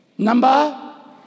Number